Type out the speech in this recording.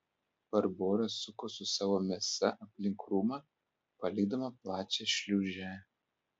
barbora suko su savo mėsa aplink krūmą palikdama plačią šliūžę